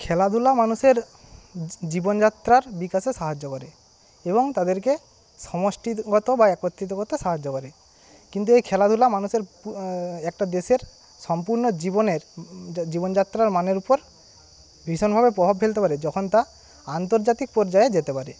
খেলাধূলা মানুষের জীবনযাত্রার বিকাশে সাহায্য করে এবং তাদেরকে সমষ্টিগত বা একত্রিত হতে সাহায্য করে কিন্তু এই খেলাধূলা মানুষের একটা দেশের সম্পূর্ণ জীবনের জীবনযাত্রার মানের উপর ভীষণভাবে প্রভাব ফেলতে পারে যখন তা আন্তর্জাতিক পর্যায়ে যেতে পারে